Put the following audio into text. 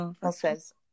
française